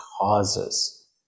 causes